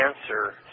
answer